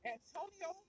Antonio